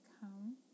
come